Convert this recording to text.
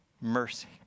mercy